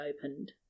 opened